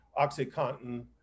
oxycontin